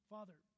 Father